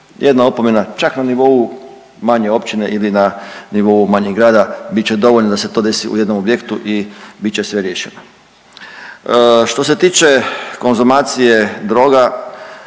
Jedna opomena, čak na nivou manje općine ili na nivou manjeg grada bit će dovoljno da se to desi u jednom objektu i bit će sve riješeno. Što se tiče konzumacije droga,